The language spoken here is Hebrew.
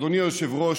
אדוני היושב-ראש,